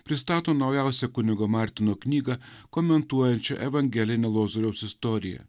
pristato naujausią kunigo martino knygą komentuojančio evangelinio lozoriaus istorija